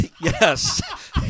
Yes